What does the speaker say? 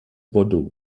bordeaux